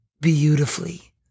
beautifully